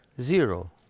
Zero